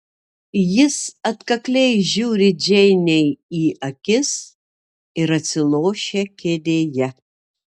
jis atkakliai žiūri džeinei į akis ir atsilošia kėdėje